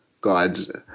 god's